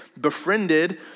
befriended